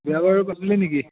বিয়া বাৰু পাতিলি নেকি